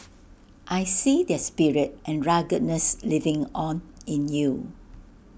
I see their spirit and ruggedness living on in you